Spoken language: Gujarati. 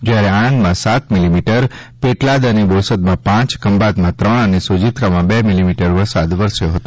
જયારે આણંદમાં સાત મીલીમીટર પેટલાદ અને બોરસદમાં પાંચ ખંભાતમાં ત્રણ અને સોજિત્રામાં બે મિલીમીટર વરસાદ વરસ્યો હતો